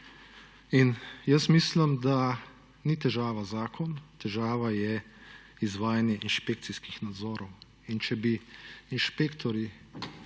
In jaz mislim, da ni težava zakon, težava je izvajanje inšpekcijskih nadzorov. In če bi inšpektorji